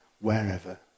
wherever